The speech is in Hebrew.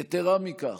יתרה מזו,